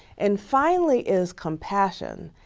and finally is compassion.